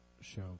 show